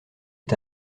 est